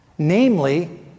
Namely